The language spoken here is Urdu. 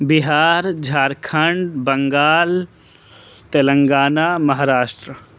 بہار جھارکھنڈ بنگال تلنگانہ مہاراشٹر